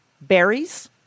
berries